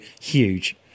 huge